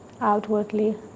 outwardly